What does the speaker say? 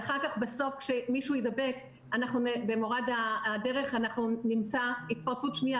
ואחר כך בסוף כשמישהו יידבק במורד הדרך נמצא התפרצות שנייה,